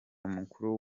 mukuru